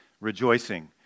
rejoicing